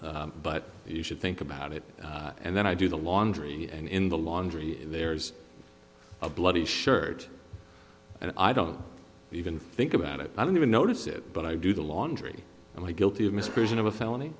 but you should think about it and then i do the laundry and in the laundry there's a bloody shirt and i don't even think about it i don't even notice it but i do the laundry only guilty of misprision of a felony